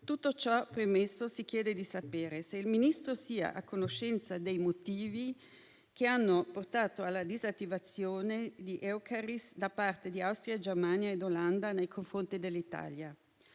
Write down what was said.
Tutto ciò premesso, si chiede di sapere se il Ministro sia a conoscenza dei motivi che hanno portato alla disattivazione di EUCARIS da parte di Austria, Germania e Olanda nei confronti dell'Italia